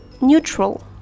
neutral